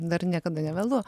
dar niekada nevėlu